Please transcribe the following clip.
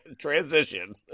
Transition